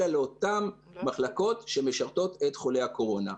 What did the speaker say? אלא לאותן מחלקות שמשרתות את חולי הקורונה.